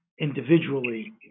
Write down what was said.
individually